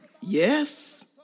Yes